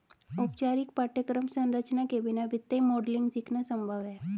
औपचारिक पाठ्यक्रम संरचना के बिना वित्तीय मॉडलिंग सीखना संभव हैं